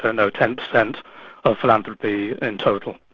ah know, ten per cent of philanthropy in total.